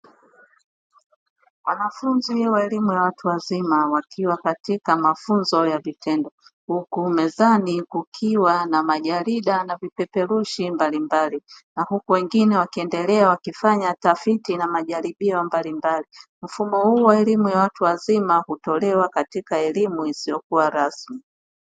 Wanafunzi wa elimu ya watu wazima wakiwa katika mafunzo ya vitendo, huku mezani kukiwa na majarida na vipeperushi mbalimbali, na huku wengine wakiendelea wakifanya tafiti na majaribio mbalimbali. Mfumo huu wa elimu ya watu wazima hutolewa katika elimu isiyokuwa rasmi.